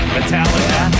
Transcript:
Metallica